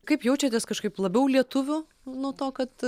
kaip jaučiatės kažkaip labiau lietuviu nuo to kad